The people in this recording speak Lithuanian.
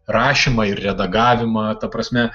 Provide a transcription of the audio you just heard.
rašymą ir redagavimą ta prasme